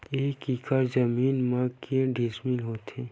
एक एकड़ जमीन मा के डिसमिल होथे?